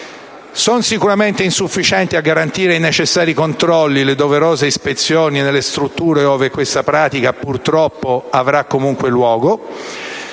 e sicuramente non in grado di garantire i necessari controlli e le doverose ispezioni nelle strutture ove questa pratica, purtroppo, avrà comunque luogo;